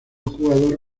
jugador